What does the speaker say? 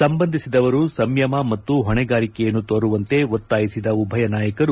ಸಂಬಂಧಿಸಿದವರ ಸಂಯಮ ಮತ್ತು ಹೊಣೆಗಾರಿಕೆಯನ್ನು ತೋರುವಂತೆ ಒತ್ತಾಯಿಸಿದ ಉಭಯ ನಾಯಕರು